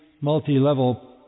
multi-level